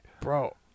Bro